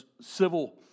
civil